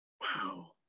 Wow